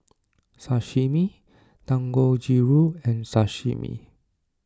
Sashimi Dangojiru and Sashimi